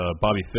Bobby